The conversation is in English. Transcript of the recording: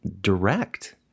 direct